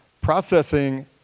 Processing